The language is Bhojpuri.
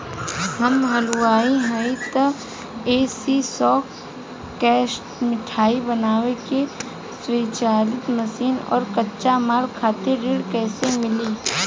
हम हलुवाई हईं त ए.सी शो कैशमिठाई बनावे के स्वचालित मशीन और कच्चा माल खातिर ऋण कइसे मिली?